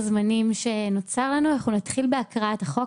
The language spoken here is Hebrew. הזמנים שנוצר לנו אנחנו נתחיל בהקראת החוק,